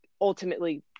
ultimately